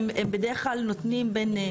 והם בדרך כלל נותנים בין,